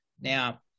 Now